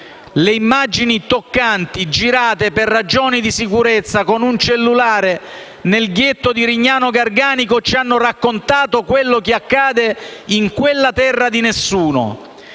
Le immagini toccanti, girate, per ragioni di sicurezza, con un cellulare nel ghetto di Rignano Garganico, ci hanno raccontato quello che accade in quella terra di nessuno: